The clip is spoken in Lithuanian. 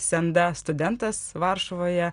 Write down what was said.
senda studentas varšuvoje